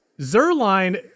Zerline